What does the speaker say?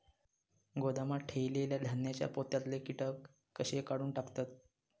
गोदामात ठेयलेल्या धान्यांच्या पोत्यातले कीटक कशे काढून टाकतत?